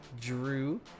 Drew